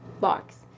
box